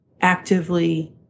actively